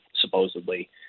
supposedly